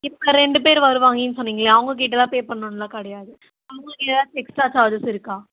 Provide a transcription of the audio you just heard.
இப்போ ரெண்டு பேர் வருவாங்கன்னு சொன்னீங்கள்ல அவங்க கிட்டேலாம் பே பண்ணணுன்லாம் கிடையாது அவங்களுக்கு ஏதாச்சும் எக்ஸ்ட்ரா சார்ஜஸ் இருக்கா